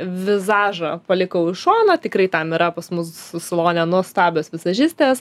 vizažą palikau į šoną tikrai tam yra pas mus salone nuostabios vizažistės